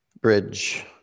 Bridge